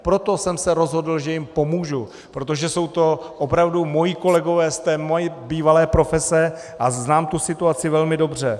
Proto jsem se rozhodl, že jim pomůžu, protože jsou to opravdu moji kolegové z mé bývalé profese a znám tu situaci velmi dobře.